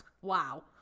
wow